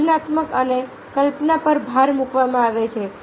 સર્જનાત્મકતા અને કલ્પના પર ભાર મૂકવામાં આવે છે